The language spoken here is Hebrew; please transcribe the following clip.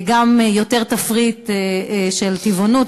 וגם ההצעה הזאת שיהיה לנו עכשיו בכנסת תפריט רחב יותר של אוכל טבעוני,